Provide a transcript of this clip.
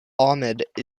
ahmad